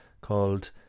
called